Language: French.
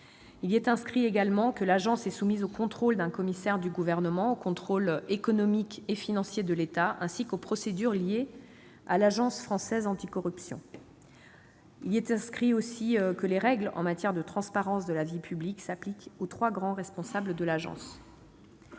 Il est également prévu que l'Agence est soumise au contrôle d'un commissaire du Gouvernement, au contrôle économique et financier de l'État, ainsi qu'aux procédures liées à l'Agence française anticorruption. Par ailleurs, les règles en matière de transparence de la vie publique s'appliqueront aux trois grands responsables de l'Agence.